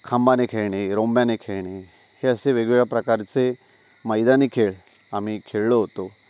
खांबाने खेळणे रोंब्याने खेळणे हे असे वेगवेगळ्या प्रकारचे मैदानी खेळ आम्ही खेळलो होतो